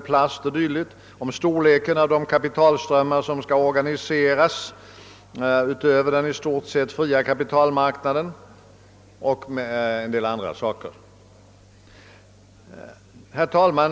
plast m.m., om storleken av de kapitalströmmar som «kall organiseras och som går utöver en i stort sett fri kapitalmarknad och om en del andra saker. Herr talman!